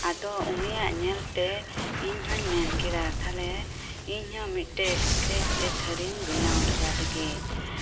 ᱟᱫᱚ ᱩᱱᱤᱭᱟᱜ ᱧᱮᱞ ᱛᱮ ᱤᱧ ᱦᱚᱧ ᱢᱮᱱᱠᱮᱫᱟ ᱛᱟᱦᱚᱞᱮ ᱤᱧᱦᱚᱸ ᱢᱤᱫᱴᱟᱝ ᱥᱠᱨᱮᱪ ᱛᱮ ᱛᱷᱟᱨᱤᱧ ᱵᱮᱱᱟᱣ ᱞᱮᱜᱟ ᱞᱮᱜᱮ